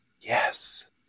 Yes